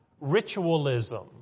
ritualism